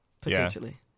potentially